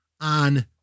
on